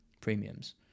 premiums